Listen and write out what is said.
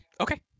okay